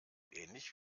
ähnlich